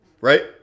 Right